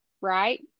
right